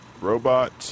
robot